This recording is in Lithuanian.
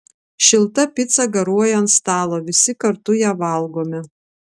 šilta pica garuoja ant stalo visi kartu ją valgome